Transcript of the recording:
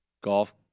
golf